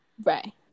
right